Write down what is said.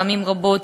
פעמים רבות,